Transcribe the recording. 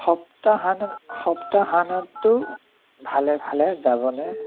সপ্তাহান সপ্তাহান্তটো ভালে ভালে যাবনে